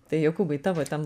tai jokūbai tavo ten